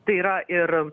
tai yra ir